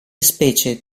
specie